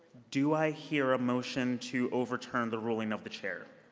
do i hear a motion to overturn the ruling of the chair.